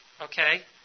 okay